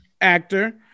actor